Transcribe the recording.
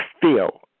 feel